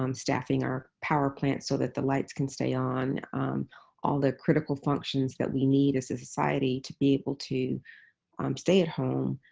um staffing our power plants so that the lights can stay on all the critical functions that we need as a society to be able to um stay at home.